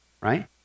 right